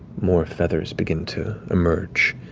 more feathers begin to emerge